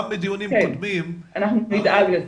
גם מדיונים קודמים --- אנחנו נדאג לזה.